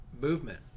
movement